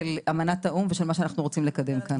אמנת האו"ם ושל מה שאנחנו רוצים לקדם כאן.